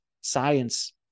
science